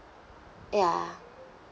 ya